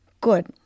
Good